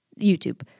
YouTube